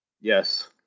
Yes